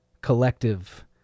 Collective